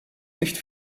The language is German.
nicht